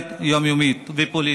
ופרלמנטרית יומיומית ופוליטית.